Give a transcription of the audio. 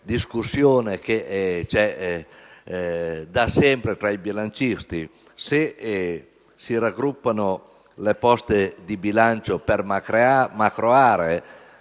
discussione che c'è da sempre tra i bilancisti. Se si raggruppano le poste di bilancio per macroaree